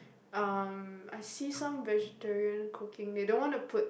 um I see some vegetarian cooking they don't wanna put